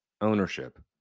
Ownership